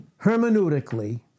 hermeneutically